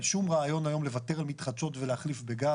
אין שום רעיון היום לוותר על מתחדשות ולהחליף בגז.